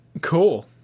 Cool